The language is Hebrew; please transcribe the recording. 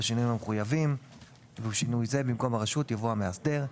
בשינויים המחויבים ובשינוי זה: במקום "הרשות" יבוא "המאסדר".